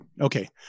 okay